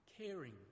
caring